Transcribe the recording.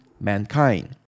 mankind